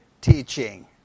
teaching